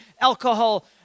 alcohol